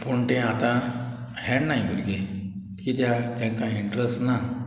पूण तें आतां खेयणाय भुरगें किद्या तेंकां इंट्रस्ट ना